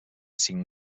cinc